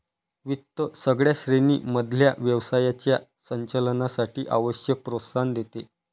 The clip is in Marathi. वित्त सगळ्या श्रेणी मधल्या व्यवसायाच्या संचालनासाठी आवश्यक प्रोत्साहन देते